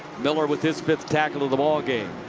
miller with his fifth tackle of the ball game.